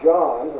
John